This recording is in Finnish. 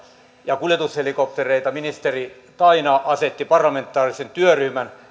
ja kuljetushelikoptereita ministeri taina asetti parlamentaarisen työryhmän